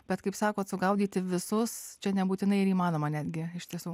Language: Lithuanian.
bet kaip sakot sugaudyti visus čia nebūtinai ir įmanoma netgi iš tiesų